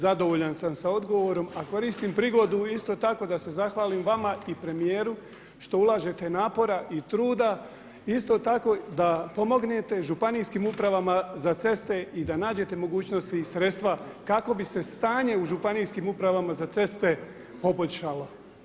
Zadovoljan sam sa odgovorom, a koristim prigodu isto tako da se zahvalim vama i premijeru što ulažete napora i truda, isto tako da pomognete Županijskim upravama za ceste i da nađete mogućnosti i sredstva kako bi se stanje u Županijskim upravama za ceste poboljšalo.